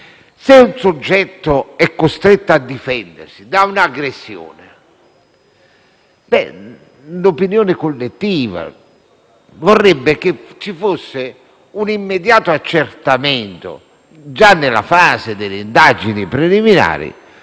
Se un soggetto è costretto a difendersi da un'aggressione, l'opinione collettiva vorrebbe che ci fosse un immediato accertamento, già nella fase delle indagini preliminari,